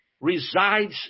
resides